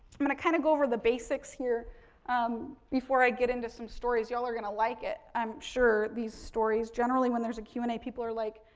i'm going to kind of go over the basics here um before i get into some stories. you all are going to like it i'm sure, these stories. generally, when there's a q and a people are like,